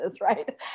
right